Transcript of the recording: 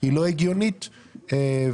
כי לא רצינו להתפזר מבחינת צעדים נוספים,